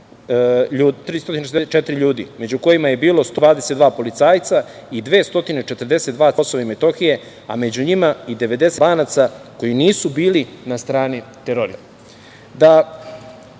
364 ljudi među kojima je bilo 122 policajca i 242 civila sa KiM, a među njima i 97 Albanaca koji nisu bili na strani terorista. Da